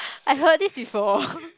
I heard this before